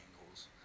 angles